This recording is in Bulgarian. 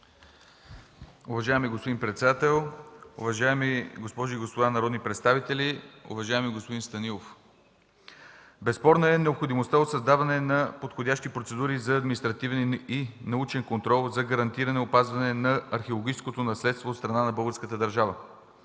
Уважаеми господин председател, уважаеми госпожи и господа народни представители, уважаеми господин Станилов! Безспорна е необходимостта от създаване на подходящи процедури за административен и научен контрол за гарантиране опазването на археологическото наследство от страна на българската държава.